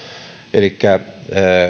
elikkä